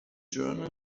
journal